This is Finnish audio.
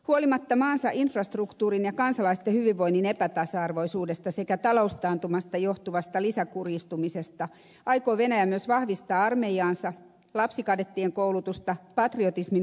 huolimatta maansa infrastruktuurin ja kansalaisten hyvinvoinnin epätasa arvoisuudesta sekä taloustaantumasta johtuvasta lisäkurjistumisesta aikoo venäjä myös vahvistaa armeijaansa lapsikadettien koulutusta patrioottinuorison toimintaa